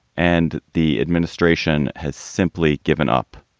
and the administration has simply given up.